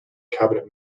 cabinet